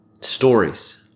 Stories